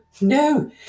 No